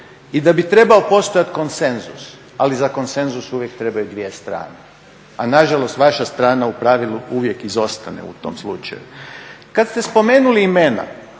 i da bi trebao postojati konsenzus, ali za konsenzus uvijek trebaju dvije strane, ali nažalost vaša strana u pravili uvijek izostane u tom slučaju. Kada ste spomenuli imena,